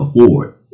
afford